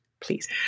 please